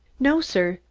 no, sir.